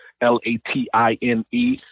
L-A-T-I-N-E